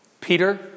Peter